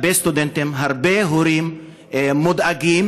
הרבה סטודנטים והרבה הורים מודאגים.